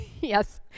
Yes